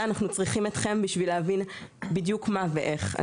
ואנחנו צריכים אתכם על מנת להבין בדיוק מה ואיך.